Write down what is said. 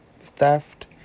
theft